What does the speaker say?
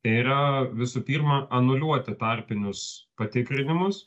yra visų pirma anuliuoti tarpinius patikrinimus